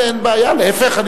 אין בעיה, להיפך.